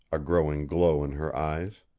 a growing glow in her eyes.